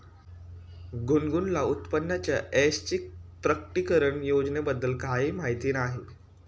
गुनगुनला उत्पन्नाच्या ऐच्छिक प्रकटीकरण योजनेबद्दल काहीही माहिती नाही